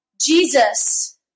Jesus